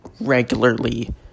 regularly